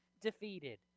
defeated